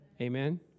Amen